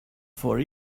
for